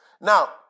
Now